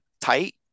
tight